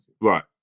Right